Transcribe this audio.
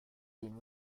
been